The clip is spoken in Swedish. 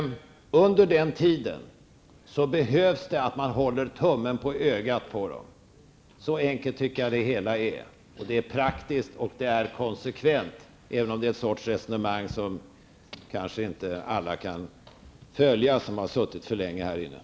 Under tiden krävs att man håller tummen på ögat på de berörda; så enkelt är det. Resonemanget är praktiskt och konsekvent, även om många som har suttit här för länge inte kan följa det.